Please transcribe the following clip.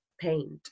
paint